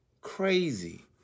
crazy